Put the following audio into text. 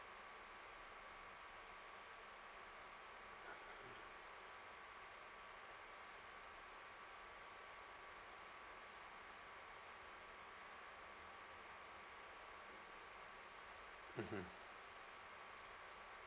mmhmm